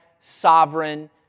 sovereign